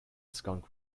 skunk